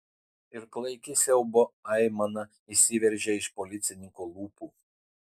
ir klaiki siaubo aimana išsiveržė iš policininko lūpų